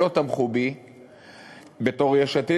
שלא תמכו בי בתור יש עתיד,